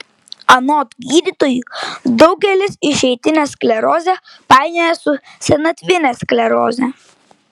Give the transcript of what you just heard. anot gydytojų daugelis išsėtinę sklerozę painioja su senatvine skleroze